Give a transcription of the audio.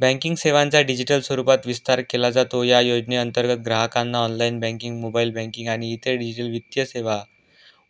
banking सेवांचा digital स्वरूपात विस्तार केला जातो या योजनेअंतर्गत ग्राहकांना ऑनलाईन बँकिंग मोबाईल बँकिंग आणि इतर डिजिटल वित्तीय सेवा